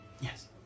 Yes